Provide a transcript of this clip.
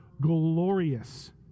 glorious